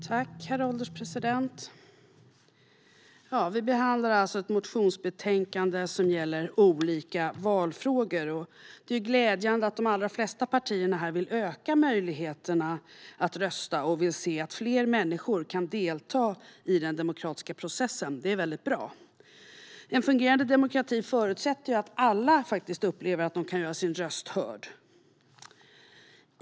Herr ålderspresident! Vi behandlar alltså ett motionsbetänkande som gäller olika valfrågor. Det är glädjande att de allra flesta partier här vill öka möjligheterna att rösta och vill se att fler människor kan delta i den demokratiska processen. Det är mycket bra. En fungerande demokrati förutsätter att alla faktiskt upplever att de kan göra sin röst hörd.